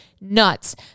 nuts